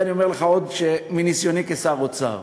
אני אומר לך עוד מניסיוני כשר אוצר: